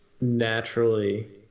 naturally